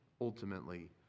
Ultimately